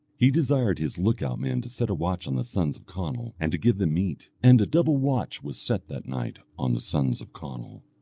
he desired his look-out men to set a watch on the sons of conall, and to give them meat. and double watch was set that night on the sons of conall.